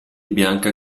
bianca